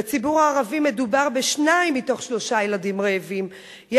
בציבור הערבי מדובר בשני ילדים רעבים מתוך שלושה.